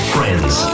Friends